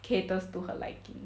caters to her liking